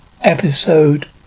Episode